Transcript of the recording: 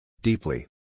Deeply